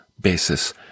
basis